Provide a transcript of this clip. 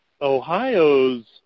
Ohio's